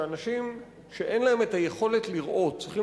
שאנשים שאין להם היכולת לראות צריכים